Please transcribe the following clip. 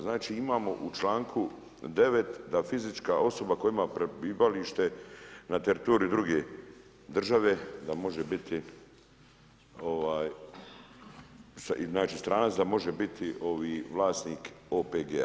Znači imamo u članku 9. da fizička osoba koja ima prebivalište na teritoriju druge države da može biti, znači stranac da može biti ovi vlasnik OPG-a.